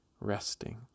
resting